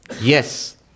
Yes